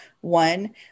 one